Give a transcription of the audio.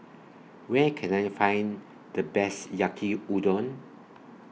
Where Can I Find The Best Yaki Udon